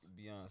Beyonce